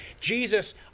Jesus